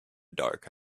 dark